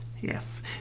Yes